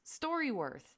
StoryWorth